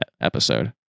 episode